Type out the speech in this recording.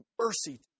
mercy